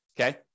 okay